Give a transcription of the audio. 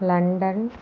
London